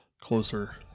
Closer